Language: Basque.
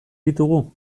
ditugu